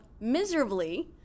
miserably